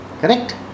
Correct